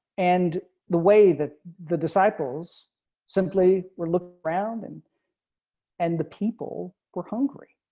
and the way that the disciples simply were looking around and and the people were hungry.